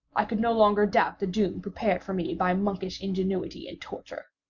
i could no longer doubt the doom prepared for me by monkish ingenuity in torture.